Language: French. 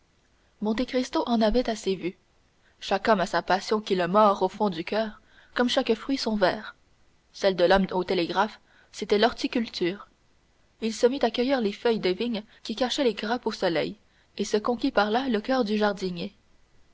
monte cristo en avait assez vu chaque homme a sa passion qui le mord au fond du coeur comme chaque fruit son ver celle de l'homme au télégraphe c'était l'horticulture il se mit à cueillir les feuilles de vigne qui cachaient les grappes au soleil et se conquit par là le coeur du jardinier